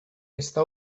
está